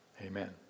Amen